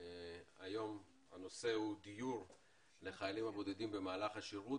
הנושא היום הוא: דיור לחיילים בודדים במהלך השירות.